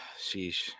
sheesh